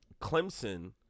Clemson